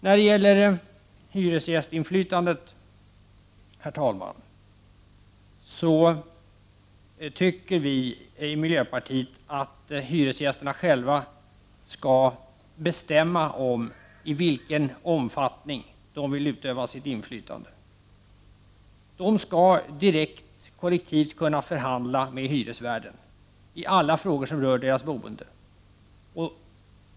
När det gäller hyresgästinflytandet anser miljöpartiet att hyresgästerna själva skall bestämma i vilken omfattning de vill utöva sitt inflytande. De skall direkt, kollektivt, kunna förhandla med hyresvärden i alla frågor som rör deras boende.